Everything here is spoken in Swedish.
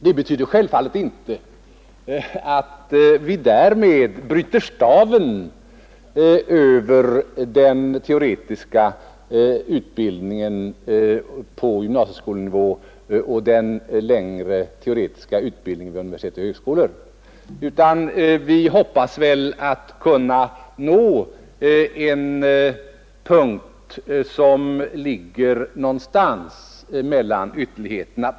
Det betyder självfallet inte att vi därmed bryter staven över den teoretiska utbildningen på gymnasieskolenivå och den längre teoretiska utbildningen vid universitet och högskolor, utan vi hoppas väl kunna nå en punkt som ligger någonstans mellan ytterligheterna.